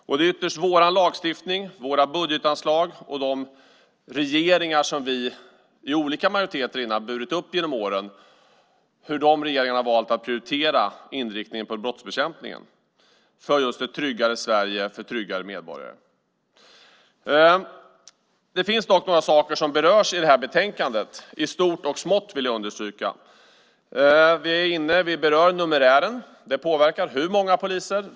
Och det är ytterst vår lagstiftning, våra budgetanslag och de regeringar som vi i olika majoriteter burit upp genom åren som har valt inriktningen på brottsbekämpningen för ett tryggare Sverige, för tryggare medborgare. Det finns dock några saker som berörs i betänkandet, i stort och smått, vill jag understryka. Vi berör numerären, som påverkar antalet poliser.